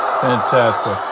Fantastic